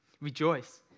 Rejoice